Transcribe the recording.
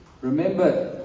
Remember